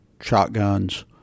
shotguns